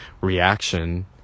reaction